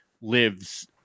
lives